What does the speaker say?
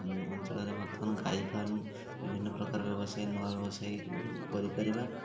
ଅଞ୍ଚଳରେ ବର୍ତ୍ତମାନ ଗାଈ ଫାର୍ମ ବିଭିନ୍ନ ପ୍ରକାର ବ୍ୟବସାୟୀ ନୂଆ ବ୍ୟବସାୟୀ କରିପାରିବା